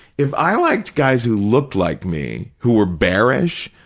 if i liked guys who looked like me, who were bearish,